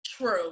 true